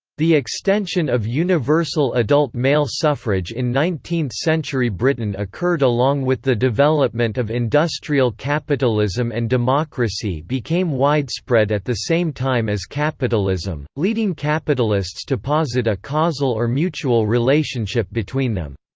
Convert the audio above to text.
the extension of universal adult male suffrage in nineteenth century britain occurred along with the development of industrial capitalism and democracy became widespread at the same time as capitalism, leading capitalists to posit a causal or mutual relationship between them.